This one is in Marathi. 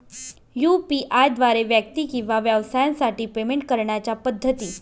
यू.पी.आय द्वारे व्यक्ती किंवा व्यवसायांसाठी पेमेंट करण्याच्या पद्धती